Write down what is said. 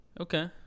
Okay